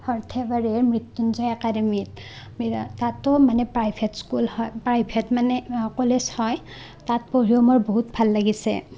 সৰ্থেবাৰীৰ মৃত্য়ুঞ্জয় একাডেমীত মিৰা তাতো মানে প্ৰাইভেট স্কুল হয় প্ৰাইভেট মানে কলেজ হয় তাত পঢ়িও মোৰ বহুত ভাল লাগিছে